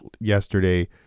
yesterday